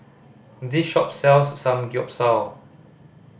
this shop sells Samgyeopsal